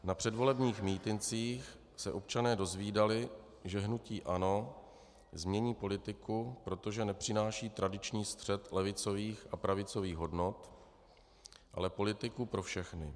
Na předvolebních mítincích se občané dozvídali, že hnutí ANO změní politiku, protože nepřináší tradiční střet levicových a pravicových hodnot, ale politiku pro všechny.